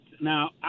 Now